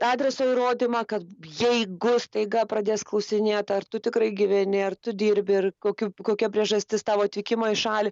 adreso įrodymą kad jeigu staiga pradės klausinėt ar tu tikrai gyveni ar tu dirbi ir kokiu kokia priežastis tavo atvykimo į šalį